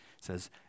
says